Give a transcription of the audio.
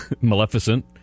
Maleficent